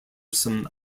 some